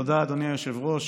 תודה, אדוני היושב-ראש.